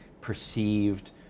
perceived